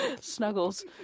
Snuggles